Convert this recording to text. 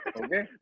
Okay